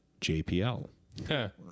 JPL